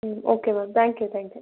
ம் okay ma'am thank you thank you